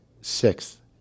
sixth